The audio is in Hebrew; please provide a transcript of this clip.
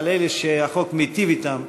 אבל אלה שהחוק מיטיב אתם,